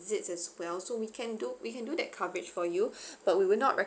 as well so we can do we can do that coverage for you but we will not re~